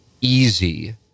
easy